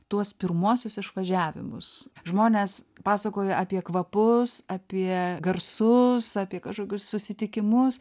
tuos pirmuosius išvažiavimus žmonės pasakoja apie kvapus apie garsus apie kažkokius susitikimus